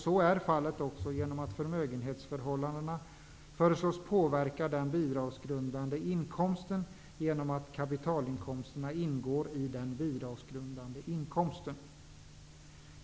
Så är fallet också genom att förmögenhetsförhållandena föreslås påverka den bidragsgrundande inkomsten genom att kapitalinkomsterna ingår i den bidragsgrundande inkomsten.